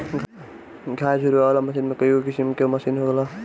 घास झुरवावे वाला मशीन में कईगो किसिम कअ मशीन होला